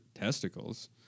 testicles